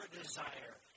desire